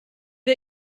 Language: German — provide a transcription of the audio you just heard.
wir